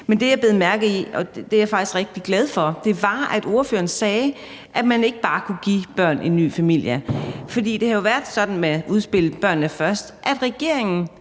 Men det, jeg bed mærke i – og det er jeg faktisk rigtig glad for – var, at ordføreren sagde, at man ikke bare kunne give børn en ny familie. For det har jo været sådan med udspillet »Børnene først«, at regeringen